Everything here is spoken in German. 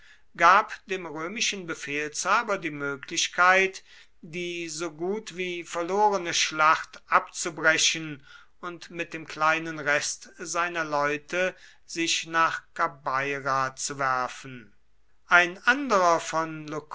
gab dem römischen befehlshaber die möglichkeit die so gut wie verlorene schlacht abzubrechen und mit dem kleinen rest seiner leute sich nach kabeira zu werfen ein anderer von